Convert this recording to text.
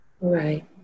Right